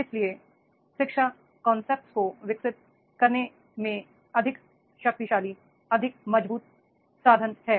इसलिए शिक्षा कांसेप्ट को विकसित करने में अधिक शक्तिशाली अधिक मजबूत साधन है